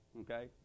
okay